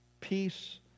peace